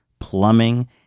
plumbing